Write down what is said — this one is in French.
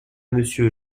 monsieur